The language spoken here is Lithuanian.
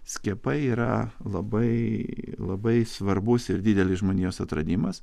skiepai yra labai labai svarbus ir didelis žmonijos atradimas